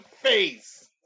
face